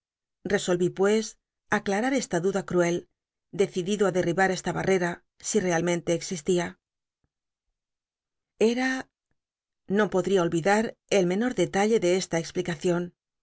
j'csohí pues acla u esta duda cuel decidido i dcribar esta barr'cm si realmente exislia eta no podl'ia olvid u el menor delalle de esta explicacion